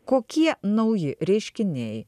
kokie nauji reiškiniai